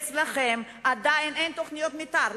אצלכם עדיין אין תוכניות מיתאר.